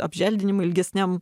apželdinimą ilgesniam